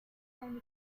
pound